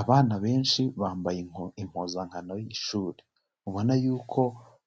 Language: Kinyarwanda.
Abana benshi bambaye impuzankano y'ishuri, ubona yuko